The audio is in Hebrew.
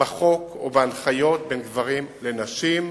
בחוק או בהנחיות בין גברים לנשים,